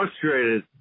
frustrated